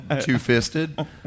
two-fisted